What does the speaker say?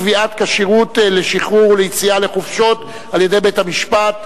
קביעת כשירות לשחרור וליציאה לחופשות על-ידי בית-המשפט).